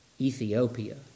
Ethiopia